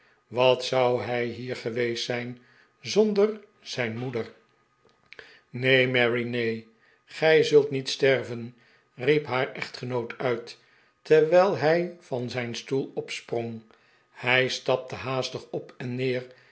wat zou hij hier geweest zijn zonder zijn moeder neen mary neeh gij zult niet sterven riep haar echtgenoot uit terwijl hij van zijn stoel opsprong hij stapte haastig op en neer